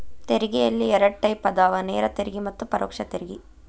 ತೆರಿಗೆಯಲ್ಲಿ ಎರಡ್ ಟೈಪ್ ಅದಾವ ನೇರ ತೆರಿಗೆ ಮತ್ತ ಪರೋಕ್ಷ ತೆರಿಗೆ